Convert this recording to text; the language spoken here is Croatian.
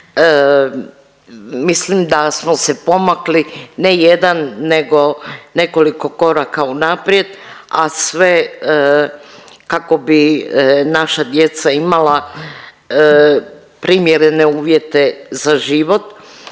mislim da smo se pomakli, ne jedan nego nekoliko koraka unaprijed, a sve kako bi naša djeca imala primjerene uvjete za život